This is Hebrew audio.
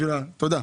תודה.